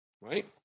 right